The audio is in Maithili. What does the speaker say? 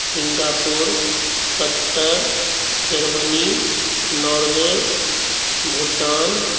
Singapore Qatar Germany Norway Bhutan